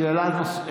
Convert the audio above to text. שאלה נוספת.